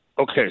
Okay